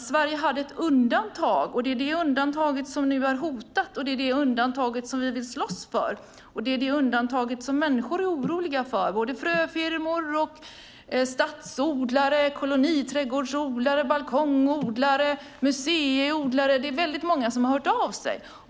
Sverige hade ett undantag, och det är detta undantag som nu är hotat, det är detta undantag som vi vill slåss för, och det är detta undantag som människor är oroliga för. Det gäller fröfirmor, stadsodlare, koloniträdgårdsodlare, balkongodlare och museiodlare. Det är många som har hört av sig.